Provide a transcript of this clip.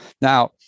Now